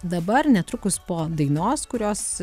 dabar netrukus po dainos kurios